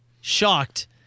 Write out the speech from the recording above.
shocked